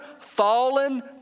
fallen